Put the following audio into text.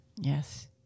Yes